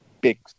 big